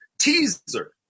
teaser